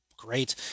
great